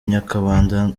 nyakabanda